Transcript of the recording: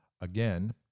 Again